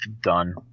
done